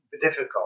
Difficult